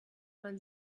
man